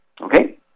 Okay